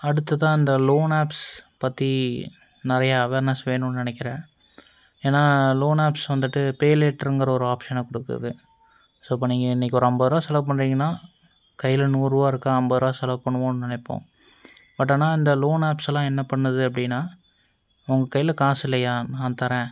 அடுத்ததாக இந்த loan apps பற்றி நிறையா அவர்னெஸ் வேணும்னு நினைக்கிறேன் ஏன்னா லோன் ஆப்ஸ் வந்துவிட்டு பேலேட்டர்ங்கிற ஒரு ஆப்ஸனை கொடுக்குது ஸோ இப்போ நீங்கள் இன்னக்கு ஒரு அம்பது ரூபா செலவு பண்ணுறீங்கனா கையில் நூறுரூபா இருக்கா ஐம்பதுரூவா செலவு பண்ணுவோம்னு நினைப்போம் பட் ஆனால் இந்த லோன் ஆப்ஸெல்லாம் என்ன பண்ணுது அப்படினா உங்கள் கையில காசு இல்லையா நான் தர்றேன்